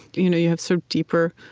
you know you have so deeper,